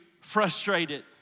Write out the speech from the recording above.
frustrated